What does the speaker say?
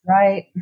right